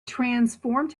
transformed